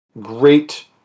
great